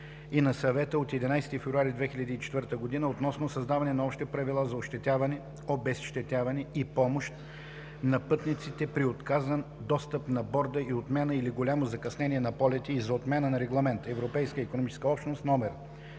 и на Съвета от 11 февруари 2004 г. относно създаване на общи правила за обезщетяване и помощ на пътниците при отказан достъп на борда и отмяна или голямо закъснение на полети, и за отмяна на Регламент (ЕИО) №